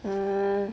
mm